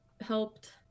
helped